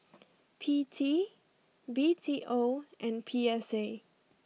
P T B T O and P S A